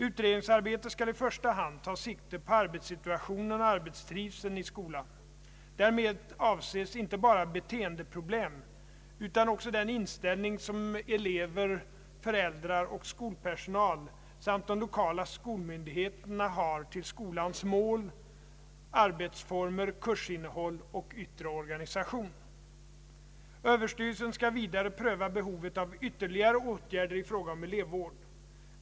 Utredningsarbetet skall i första hand ta sikte på arbetssituationen och ar betstrivseln i skolan. Därmed avses inte bara beteendeproblem utan också den inställning som elever, föräldrar och skolpersonal samt de lokala skolmyndigheterna har till skolans mål, arbetsformer, kursinnehåll och yttre organisation. Överstyrelsen skall vidare pröva behovet av ytterligare åtgärder i fråga om elevvård.